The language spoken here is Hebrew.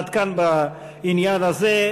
עד כאן בעניין הזה.